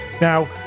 Now